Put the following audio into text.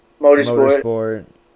Motorsport